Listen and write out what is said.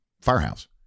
firehouse